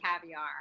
caviar